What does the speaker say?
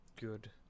Good